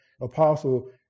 apostle